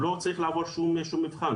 הוא לא צריך לעבור שום מבחן.